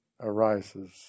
arises